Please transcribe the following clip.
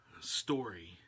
story